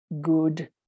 good